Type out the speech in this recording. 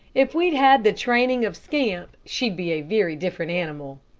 if we'd had the training of scamp, she'd be a very different animal.